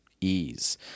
ease